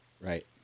Right